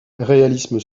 réalisme